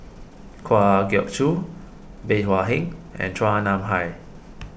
Kwa Geok Choo Bey Hua Heng and Chua Nam Hai